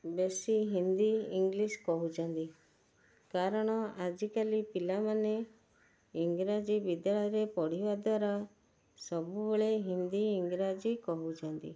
ବେଶୀ ହିନ୍ଦୀ ଇଂଲିଶ କହୁଛନ୍ତି କାରଣ ଆଜିକାଲି ପିଲାମାନେ ଇଂରାଜୀ ବିଦ୍ୟାଳୟରେ ପଢ଼ିବା ଦ୍ୱାରା ସବୁବେଳେ ହିନ୍ଦୀ ଇଂରାଜୀ କହୁଛନ୍ତି